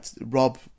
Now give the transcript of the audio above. Rob